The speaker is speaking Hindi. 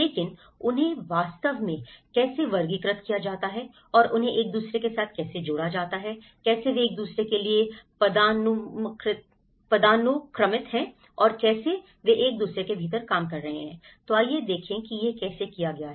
लेकिन उन्हें वास्तव में कैसे वर्गीकृत किया जाता है और उन्हें एक दूसरे के साथ कैसे जोड़ा जाता है कैसे वे एक दूसरे के लिए पदानुक्रमित हैं और कैसे वे एक दूसरे के भीतर काम कर रहे हैं तो आइए देखें कि यह कैसे किया गया है